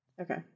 okay